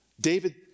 David